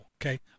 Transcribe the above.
Okay